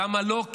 למה לא?